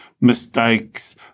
mistakes